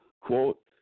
quote